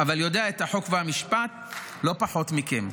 אבל יודע את החוק והמשפט לא פחות מכם.